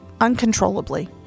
uncontrollably